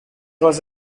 was